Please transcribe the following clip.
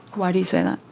why do you say that?